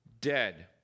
dead